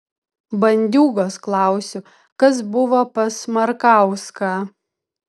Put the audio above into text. bandiūgos klausiu kas buvo pas markauską